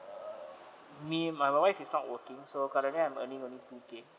uh me my wife is not working so currently I'm earning only two K